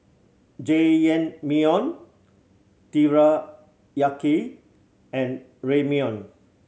Jajangmyeon Teriyaki and Ramyeon